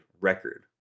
record